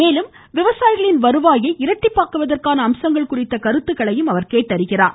மேலும் விவசாயிகளின் வருவாயை இரட்டிப்பாக்குவதற்கான அம்சங்கள் குறித்த கருத்துக்களையும் அவர் கேட்டறிகிறார்